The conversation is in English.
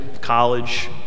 college